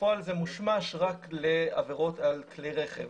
בפועל זה מומש רק לעבירות על כלי רכב